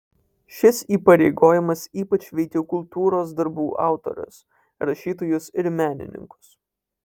šis įpareigojimas ypač veikia kultūros darbų autorius rašytojus ir menininkus